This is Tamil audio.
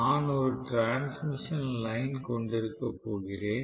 நான் ஒரு டிரான்ஸ்மிஷன் லைன் கொண்டிருக்கப் போகிறேன்